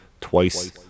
twice